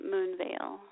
Moonvale